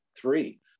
Three